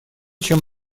чем